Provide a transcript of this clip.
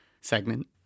segment